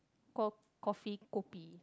call coffee kopi